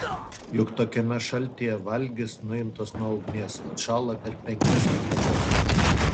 juk tokiame šaltyje valgis nuimtas nuo ugnies atšąla per penkias minutes